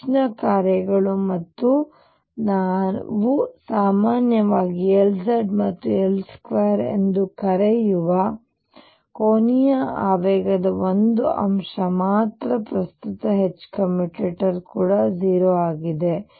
H ನ ಕಾರ್ಯಗಳು ಮತ್ತು ನಾವು ಸಾಮಾನ್ಯವಾಗಿ Lz ಮತ್ತು L2 ಎಂದು ಕರೆಯುವ ಕೋನೀಯ ಆವೇಗದ ಒಂದು ಅಂಶ ಮಾತ್ರ ಪ್ರಸ್ತುತ H ಕಮ್ಯುಟೇಟರ್ ಕೂಡ 0 ಆಗಿದೆ